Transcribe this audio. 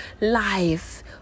life